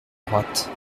droite